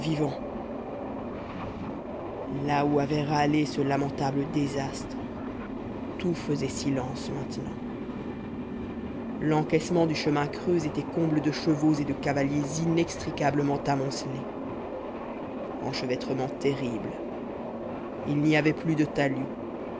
là où avait râlé ce lamentable désastre tout faisait silence maintenant l'encaissement du chemin creux était comble de chevaux et de cavaliers inextricablement amoncelés enchevêtrement terrible il n'y avait plus de talus